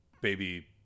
baby